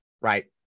right